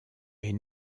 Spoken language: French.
est